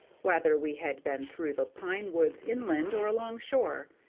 whether we had been through the pine woods inland or alongshore,